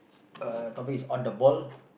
uh topic is on the ball